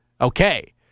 okay